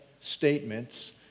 statements